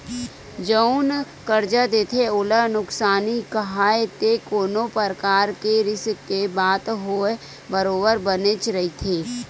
जउन करजा देथे ओला नुकसानी काहय ते कोनो परकार के रिस्क के बात होवय बरोबर बनेच रहिथे